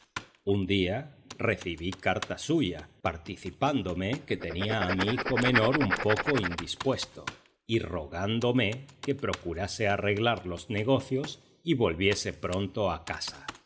un día recibí carta suya participándome que tenía a mi hijo menor un poco indispuesto y rogándome que procurase arreglar los negocios y volviese pronto a casa